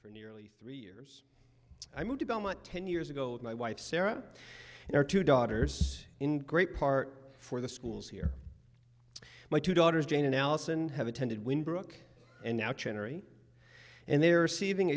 for nearly three years i moved to belmont ten years ago with my wife sarah and our two daughters in great part for the schools here my two daughters jane and allison have attended when brooke and now generally and they are seeing